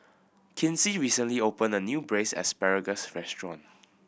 Kinsey recently opened a new Braised Asparagus restaurant